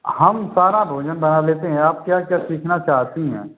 हम सारा भोजन बना लेते हैं आप क्या क्या सीखना चाहती हैं